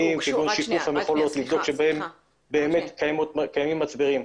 כגון בדיקת המכולות בהן קיימים מצברים.